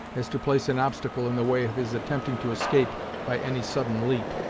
as to place an obstacle in the way of his attempting to escape by any sudden leap.